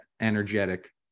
energetic